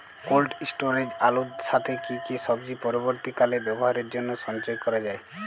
Cold স্টোরেজে আলুর সাথে কি কি সবজি পরবর্তীকালে ব্যবহারের জন্য সঞ্চয় করা যায়?